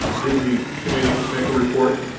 did the committee make a report?